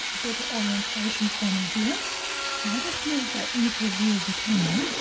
better orientation for me here and i'll just move that into the view of the camera